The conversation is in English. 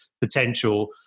potential